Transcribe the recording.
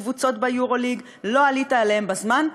קבוצות ב"יורוליג" לא עלית עליהם בזמן,